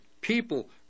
People